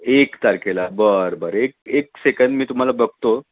एक तारखेला बरं बरं एक एक सेकंड मी तुम्हाला बघतो